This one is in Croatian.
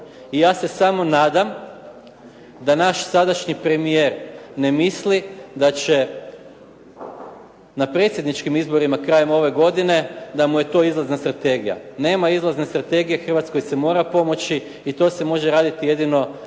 i ja se samo nadam da naš sadašnji premijer ne misli da će na predsjedničkim izborima krajem ove godine, da mu je to izlazna strategija. Nema izlazne strategije, Hrvatskoj se mora pomoći i to se može raditi jedino